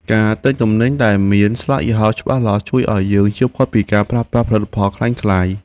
ការទិញទំនិញដែលមានស្លាកយីហោច្បាស់លាស់ជួយឱ្យយើងជៀសផុតពីការប្រើប្រាស់ផលិតផលក្លែងក្លាយ។